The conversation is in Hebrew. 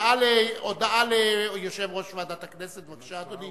הודעה ליושב-ראש ועדת הכנסת, בבקשה, אדוני.